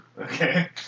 Okay